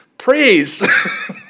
praise